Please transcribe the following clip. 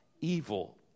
Evil